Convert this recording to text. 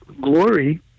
glory